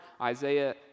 Isaiah